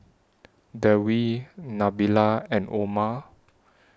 Dewi Nabila and Omar